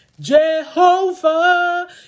jehovah